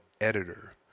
editor